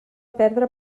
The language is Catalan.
perdre